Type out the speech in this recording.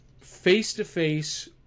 face-to-face